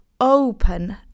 open